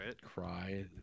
cry